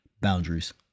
boundaries